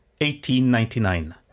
1899